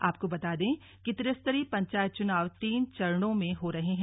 आपको बता दें कि त्रिस्तरीय पंचायत चुनाव तीन चरणों में हो रहे हैं